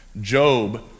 Job